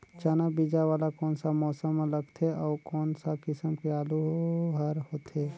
चाना बीजा वाला कोन सा मौसम म लगथे अउ कोन सा किसम के आलू हर होथे?